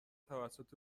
توسط